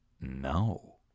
no